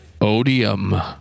Odium